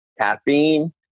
caffeine